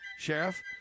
sheriff